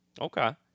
Okay